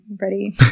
ready